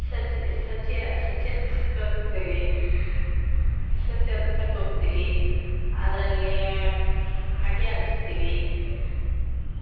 ಸಸಿ ಸಸಿಯ ಸಸಿ ಹೆಚ್ಚಾಕ್ ಹೋಗ್ತೀವಿ ಸಸಿ ಹಚ್ಚಾಕ್ ಹೋಗ್ತೀವಿ ಅದ್ರಲ್ಲೀ ಹಗೆ ಹಚ್ತೀವಿ